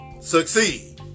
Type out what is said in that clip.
succeed